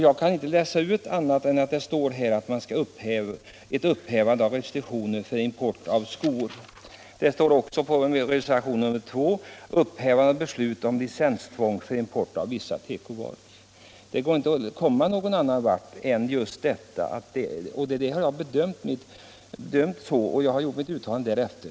Jag kan inte finna annat än att man i reservationen 1 talar för ett upphävande av restriktionerna för import av skor och i reservationen 2 för upphävande av beslutet om licenstvång för import av vissa tekovaror. Det är på detta jag har grundat mitt uttalande.